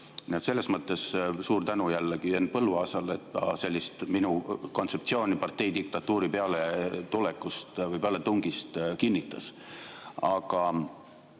mõttes suur tänu jällegi Henn Põlluaasale, et ta sellist minu kontseptsiooni partei diktatuuri pealetulekust või pealetungist kinnitas. Aga